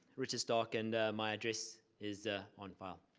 richard stark and my address is on file.